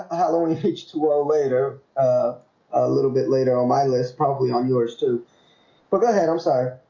i'll only pitch to or ah later ah a little bit later on my list probably on yours, too, but go ahead i'm sorry,